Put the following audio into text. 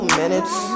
minutes